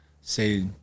say